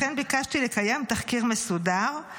לכן ביקשתי לקיים תחקיר מסודר,